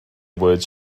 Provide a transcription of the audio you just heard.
words